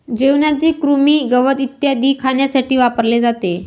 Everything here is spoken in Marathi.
जेवणातील कृमी, गवत इत्यादी खाण्यासाठी वापरले जाते